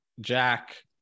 Jack